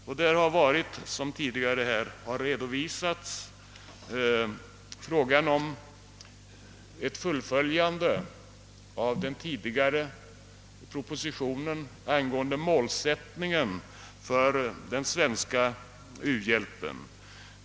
Bland dem har funnits, som tidigare här har redovisats, frågan om ett fullföljande av den tidigare propositionen angående målsättningen för den svenska u-hjälpen.